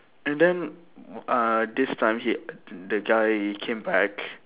and then uh this time he the guy he came back